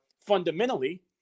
fundamentally